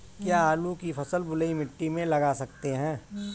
क्या आलू की फसल बलुई मिट्टी में लगा सकते हैं?